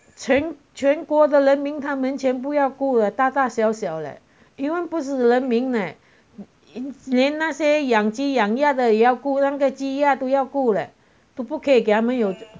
全国的人名他们全部要顾大大小小了不只是人名连那些养鸡养鸭的也要顾那个鸡鸭都要顾嘞都不剋以给他们有